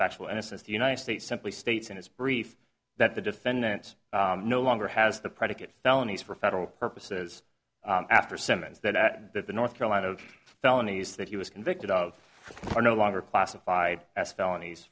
factual innocence the united states simply states in its brief that the defendants no longer has the predicate felonies for federal purposes after simmons that at that the north carolina felonies that he was convicted of are no longer classified as felonies